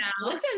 Listen